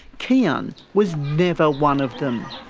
kian was never one of them.